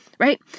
right